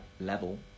level